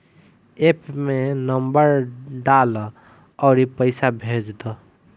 app में number डालअ अउरी पईसा भेज दअ